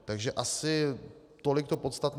Takže asi tolik to podstatné.